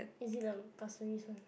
is it the pasir ris one